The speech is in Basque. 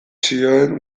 zioen